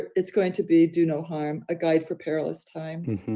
it's going to be do no harm a guide for perilous times.